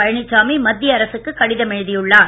பழனிசாமி மத்திய அரசுக்கு கடிதம் எழுதியுள்ளார்